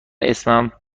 اسمم